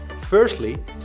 Firstly